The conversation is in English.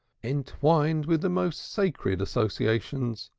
entwined with the most sacred associations,